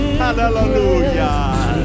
hallelujah